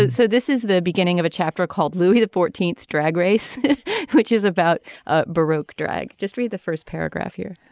and so this is the beginning of a chapter called louis the fourteenth drag race which is about ah baroque drag. just read the first paragraph here